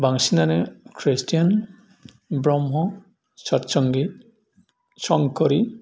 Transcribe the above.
बांसिनानो खृष्टीयान ब्रह्म सत संगि संकरि